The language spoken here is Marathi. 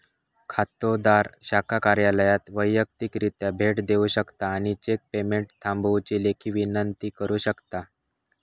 खातोदार शाखा कार्यालयात वैयक्तिकरित्या भेट देऊ शकता आणि चेक पेमेंट थांबवुची लेखी विनंती करू शकता